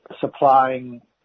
supplying